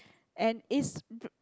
and it's